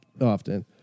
often